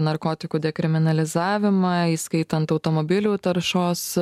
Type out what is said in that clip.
narkotikų dekriminalizavimą įskaitant automobilių taršos